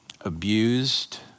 abused